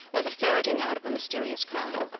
or the ferreting out of a mysterious crime.